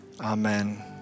amen